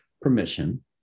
permission